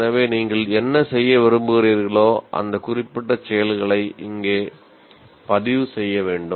எனவே நீங்கள் என்ன செய்ய விரும்புகிறீர்களோ அந்த குறிப்பிட்ட செயல்களை இங்கே பதிவு செய்ய வேண்டும்